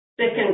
Second